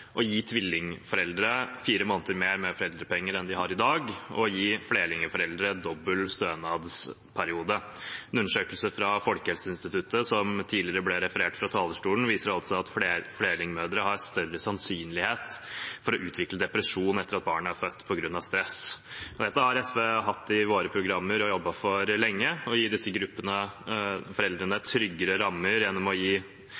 å gi tvillingforeldre fire måneder mer med foreldrepenger enn de har i dag, og å gi flerlingforeldre dobbel stønadsperiode. En undersøkelse fra Folkehelseinstituttet, som det ble referert til fra talerstolen tidligere i dag, viste at flerlingmødre har større sannsynlighet for å utvikle depresjon etter at barna er født, på grunn av stress. SV har lenge hatt i sine programmer og jobbet for å gi disse foreldrene tryggere rammer gjennom å gi